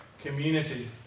community